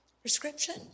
prescription